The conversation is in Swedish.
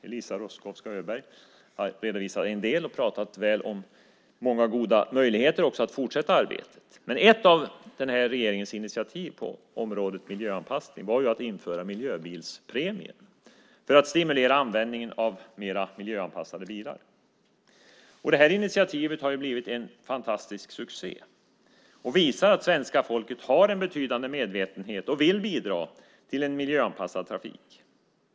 Eliza Roszkowska Öberg har redovisat en del och talat väl om många goda möjligheter att fortsätta arbetet. Men ett av denna regerings initiativ på området miljöanpassning var att införa en miljöbilspremie för att stimulera användningen av mer miljöanpassade bilar. Detta initiativ har blivit en fantastisk succé och visar att svenska folket har en betydande medvetenhet och vill bidra till en miljöanpassad trafik.